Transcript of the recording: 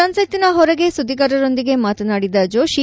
ಸಂಸತ್ತಿನ ಹೊರಗೆ ಸುದ್ಗಿಗಾರರೊಂದಿಗೆ ಮಾತನಾಡಿದ ಜೋಶಿ